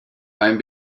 beim